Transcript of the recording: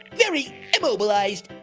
very immobilized.